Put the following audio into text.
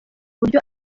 buryo